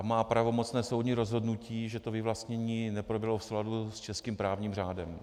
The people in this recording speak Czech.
Má pravomocné soudní rozhodnutí, že to vyvlastnění neproběhlo v souladu s českým právním řádem.